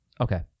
Okay